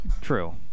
true